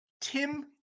Tim